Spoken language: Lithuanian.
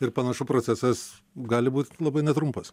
ir panašu procesas gali būt labai netrumpas